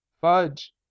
Fudge